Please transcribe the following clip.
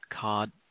card